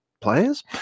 players